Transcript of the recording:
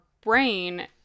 brain